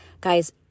Guys